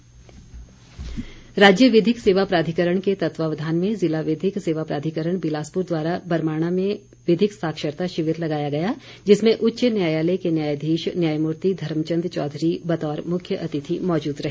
विधिक सेवा राज्य विधिक सेवा प्राधिकरण के तत्वावधान में ज़िला विधिक सेवा प्राधिकरण बिलासपुर द्वारा बरमाणा में विधिक साक्षरता शिविर लगाया गया जिसमें उच्च न्यायालय के न्यायाधीश न्यामूर्ति धर्मचंद चौधरी बतौर मुख्य अतिथि मौजूद रहे